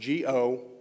Go